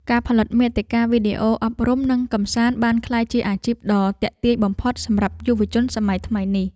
ការផលិតមាតិកាវីដេអូអប់រំនិងកម្សាន្តបានក្លាយជាអាជីពដ៏ទាក់ទាញបំផុតសម្រាប់យុវជនសម័យថ្មីនេះ។